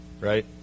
right